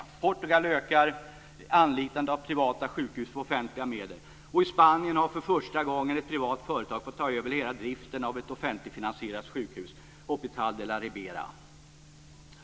I Portugal ökar anlitandet av privata sjukhus för offentliga medel. I Spanien har för första gången ett privat företag fått ta över hela driften av ett offentligt finansierat sjukhus, Hospital de la Fru talman!